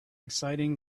exciting